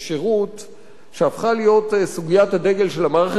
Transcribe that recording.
שהפכה להיות סוגיית הדגל של המערכת הפוליטית הישראלית